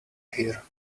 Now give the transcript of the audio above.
here